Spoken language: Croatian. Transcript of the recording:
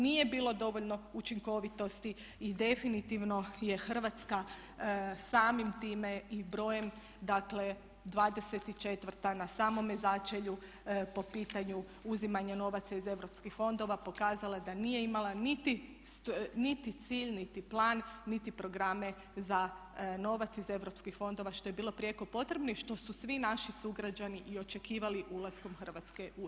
Nije bilo dovoljno učinkovitosti i definitivno je Hrvatska samim time i brojem dakle 24. na samome začelju po pitanju uzimanja novaca iz EU fondova pokazala da nije imala niti cilj niti plan niti programe za novac iz europskih fondova što je bilo prijeko potrebno i što su svi naši sugrađani i očekivali ulaskom Hrvatske u EU.